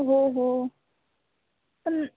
हो हो पण